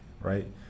right